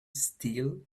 still